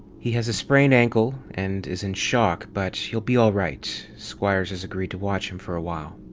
he has a sprained ankle and is in shock, but he'll be all right. squires has agreed to watch him for a while.